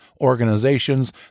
organizations